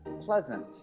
Pleasant